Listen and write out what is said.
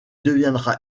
deviendra